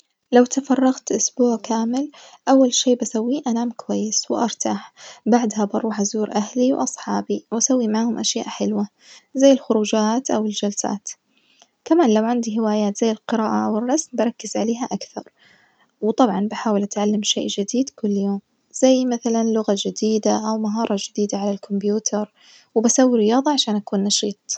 لو تفرغت أسبوع كامل أول شي بسويه أنام كويس وأرتاح, بعدها بروح أزور أهلي وأصحابي وأسوي معهم أشياء حلوة زي الخروجات أو الجلسات كمان لوعندي هوايات زي القراءة أو الرسم بركز عليها أكثر، وطبعًا بحاول أتعلم شئ جديد كل يوم زي مثلُا لغة جديدة أو مهارة جديدة على الكمبيوتر وبسوي رياضة عشان أكون نشيط.